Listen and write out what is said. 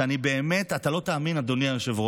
שאני באמת, אתה לא תאמין, אדוני היושב-ראש,